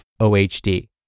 ohd